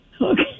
Okay